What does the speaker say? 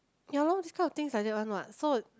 ya lor this kind of things is like that one what so